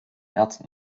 ärzten